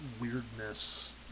weirdness